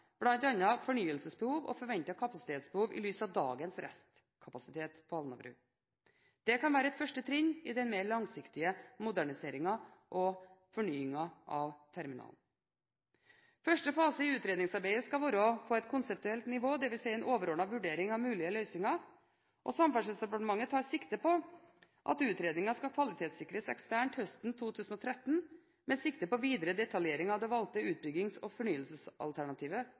fornyelsesbehov og forventet kapasitetsbehov i lys av dagens restkapasitet på Alnabru. Det kan være et første trinn i den mer langsiktige moderniseringen og fornyingen av terminalen. Første fase i utredningsarbeidet skal være på et konseptuelt nivå, dvs. en overordnet vurdering av mulige løsninger. Samferdselsdepartementet tar sikte på at utredningen skal kvalitetssikres eksternt høsten 2013, med sikte på videre detaljering av det valgte utbyggings- og fornyelsesalternativet